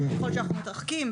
וככל שאנחנו מתרחקים,